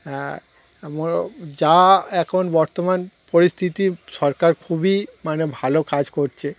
হ্যাঁ যা এখন বর্তমান পরিস্থিতি সরকার খুবই মানে ভালো কাজ করছে